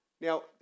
Now